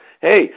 Hey